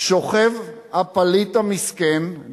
שוכב הפליט המסכן,